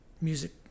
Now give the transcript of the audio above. music